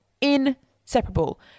Inseparable